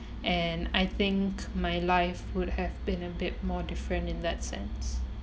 and I think my life would have been a bit more different in that sense